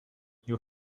you